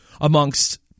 amongst